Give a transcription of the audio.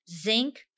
zinc